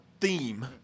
theme